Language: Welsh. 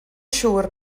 siŵr